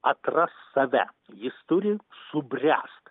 atrast save jis turi subręst